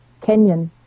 Kenyan